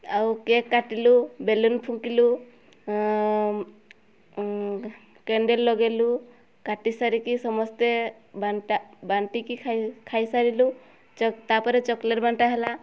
ଆଉ କେକ୍ କାଟିଲୁ ବେଲୁନ୍ ଫୁଙ୍କିଲୁ କ୍ୟାଣ୍ଡେଲ୍ ଲଗାଇଲୁ କାଟି ସାରିକି ସମସ୍ତେ ବଣ୍ଟାବଣ୍ଟିକି ଖାଇ ଖାଇସାରିଲୁ ଚ ତାପରେ ଚକଲେଟ୍ ବଣ୍ଟା ହେଲା